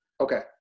Okay